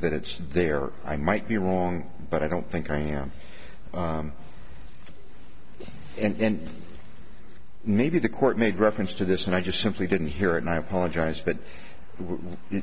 that it's there i might be wrong but i don't think i am and maybe the court made reference to this and i just simply didn't hear and i apologize but